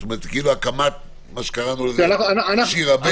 הקמת מה שקראנו לזה שיר"ה ב'.